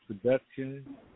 production